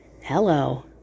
Hello